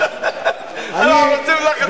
אנחנו רוצים לחשוב.